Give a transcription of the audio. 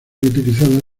utilizada